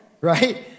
right